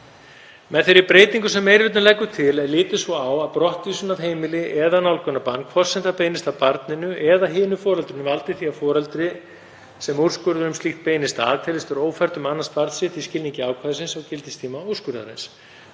Með þeirri breytingu sem meiri hlutinn leggur til er litið svo á að brottvísun af heimili eða nálgunarbann, hvort sem það beinist að barni eða hinu foreldrinu, valdi því að foreldri sem úrskurður um slíkt beinist að teljist vera ófært um að annast barn sitt í skilningi ákvæðisins á gildistíma úrskurðarins.